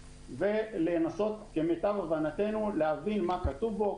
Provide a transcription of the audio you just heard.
ולנסות למיטב הבנתנו להבין מה כתוב בו.